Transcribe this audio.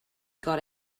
got